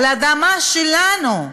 על האדמה שלנו,